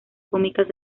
cómicas